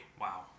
Wow